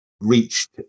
reached